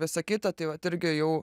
visa kita tai vat irgi jau